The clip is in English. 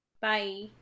Bye